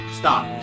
stop